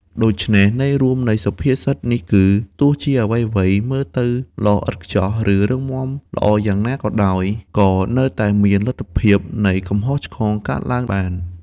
ដូច្នេះ ន័យរួមនៃសុភាសិតនេះគឺ ទោះជាអ្វីៗមើលទៅល្អឥតខ្ចោះ ឬរឹងមាំយ៉ាងណាក៏ដោយ ក៏នៅតែមានលទ្ធភាពនៃកំហុសឆ្គងកើតឡើងបាន។